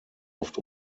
oft